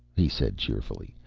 he said cheerfully,